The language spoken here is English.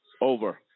over